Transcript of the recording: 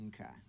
okay